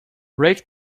rake